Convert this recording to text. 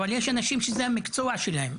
אבל יש אנשים שזה המקצוע שלהם,